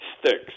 sticks